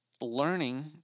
learning